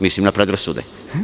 Mislim na predrasude.